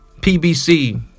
pbc